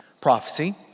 prophecy